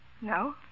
No